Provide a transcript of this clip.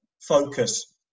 focus